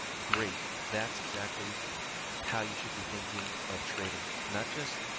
great. that's exactly how you should be thinking of trading, not just,